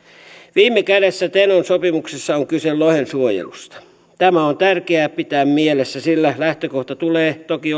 viime kädessä tenon sopimuksessa on kyse lohensuojelusta tämä on tärkeää pitää mielessä sillä lähtökohdan tulee toki